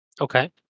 Okay